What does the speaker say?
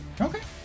Okay